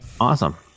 Awesome